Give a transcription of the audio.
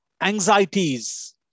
anxieties